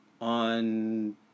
on